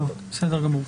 בסדר גמור.